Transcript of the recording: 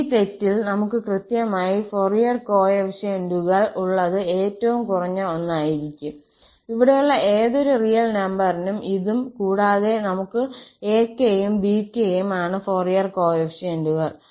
ഈ തെറ്റിൽ നമുക്ക് കൃത്യമായി ഫൊറിയർ കോഎഫിഷ്യന്റുകൾ ഉള്ളത് ഏറ്റവും കുറഞ്ഞ ഒന്നായിരിക്കും ഇവിടെയുള്ള ഏതൊരു റിയൽ നമ്പറിനും ഇതും ഇതും കൂടാതെ നമുക്ക് akഉം bk ഉം ആണ് ഫൊറിയർ കോഫിഫിഷ്യന്റുകൾ